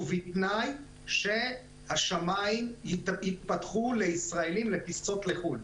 ובתנאי שהשמיים ייפתחו לישראלים לטיסות לחו"ל.